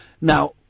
Now